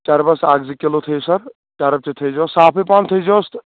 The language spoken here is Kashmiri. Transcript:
چربس اکھ زٕ کلوٗ تھٲیو چرٕب تہِ تھٲے زیو صافٕے پَہن تھٲے زیوَس تہٕ